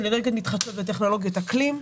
של אנרגיות מתחדשות וטכנולוגיות אקלים,